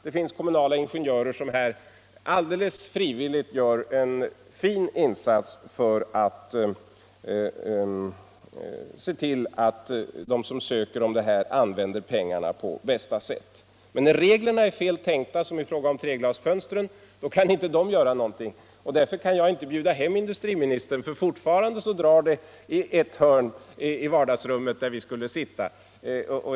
Det finns kommunala ingenjörer som alldeles frivilligt gör en fin insats för att se till, att de som söker lån och bidrag använder pengarna på bästa sätt. Men när reglerna är fel tänkta, som i fråga om treglasfönstren, kan man inte göra någonting — och därför kan jag inte bjuda hem industriministern, för fortfarande drar det i ett hörn i vardagsrummet, där vi skulle sitta.